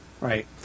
right